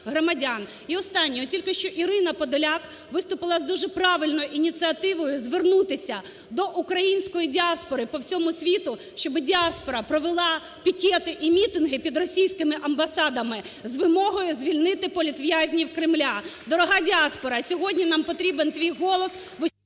І останнє. От тільки що Ірина Подоляк виступила з дуже правильною ініціативою звернутися до української діаспори по всьому світу, щоб діаспора провела пікети і мітинги під російськими амбасадами з вимогою звільнити політв'язнів Кремля. Дорога діаспора, сьогодні нам потрібен твій голос…